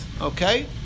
Okay